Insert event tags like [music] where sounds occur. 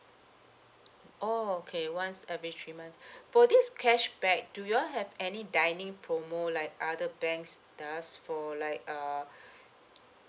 oh okay once every three months [breath] for this cashback do you all have any dining promo like other banks does for like uh [breath]